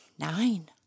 Nine